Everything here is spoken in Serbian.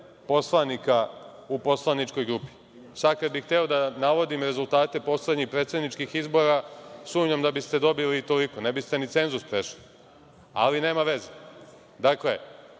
poslanika u poslaničkoj grupi. Sad kad bih hteo da navodim rezultate poslednjih predsedničkih izbora, sumnjam da biste dobili i toliko. Ne biste ni cenzus prešli, ali nema veze. Dakle,